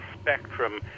spectrum